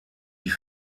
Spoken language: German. die